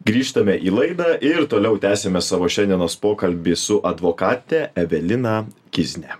grįžtame į laidą ir toliau tęsiame savo šiandienos pokalbį su advokate evelina kizne